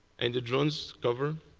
and the drones discover,